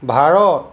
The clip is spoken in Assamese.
ভাৰত